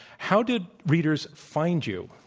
how did readers find you?